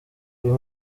uyu